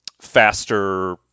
faster